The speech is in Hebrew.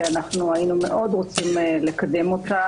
מאוד היינו רוצים לקדמה,